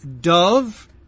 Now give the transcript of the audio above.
dove